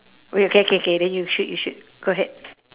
okay okay okay K then you shoot you shoot go ahead